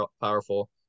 powerful